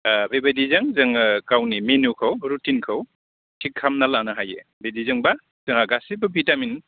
बेबायदिजों जोङो गावनि मेनुखौ रुटिनखौ थिक खालामना लानो हायो बिदिजोंबा जोंहा गासैबो भिटामिन